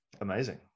amazing